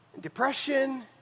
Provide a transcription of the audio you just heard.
depression